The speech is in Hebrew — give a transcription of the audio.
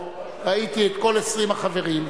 ראיתי את כל 20 החברים.